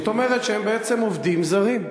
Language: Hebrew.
שאת אומרת שהם בעצם עובדים זרים,